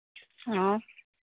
हाँ